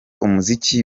umuziki